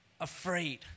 afraid